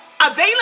available